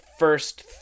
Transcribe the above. first